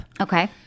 Okay